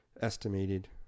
estimated